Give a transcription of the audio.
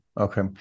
Okay